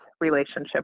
relationship